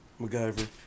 macgyver